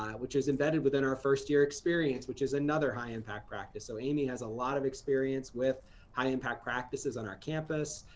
which is embedded within our first year experience, which is another high impact practice. so amy has a lot of experience with high impact practices on our campus.